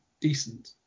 decent